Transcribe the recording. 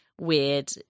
Weird